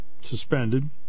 suspended